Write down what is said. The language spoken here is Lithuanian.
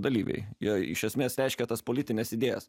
dalyviai jie iš esmės reiškia tas politines idėjas